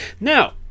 now